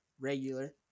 regular